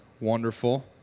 Wonderful